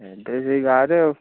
ଏଠି ଏଇ ଗାଁ'ରେ ଆଉ